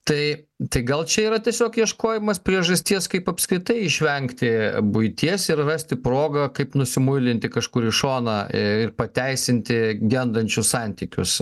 tai tai gal čia yra tiesiog ieškojimas priežasties kaip apskritai išvengti buities ir rasti progą kaip nusimuilinti kažkur į šoną ir pateisinti gendančius santykius